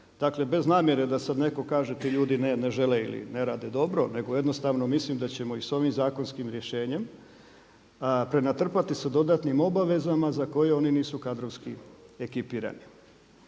Dakle, bez namjere da sad netko kaže ti ljudi ne žele ili ne rade dobro, nego jednostavno mislim da ćemo i sa ovim zakonskim rješenjem prenatrpati se dodatnim obavezama za koje oni nisu kadrovski ekipirani.